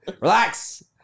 Relax